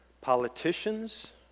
politicians